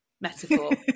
metaphor